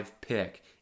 pick